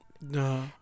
No